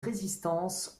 résistance